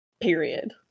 Period